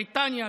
בריטניה,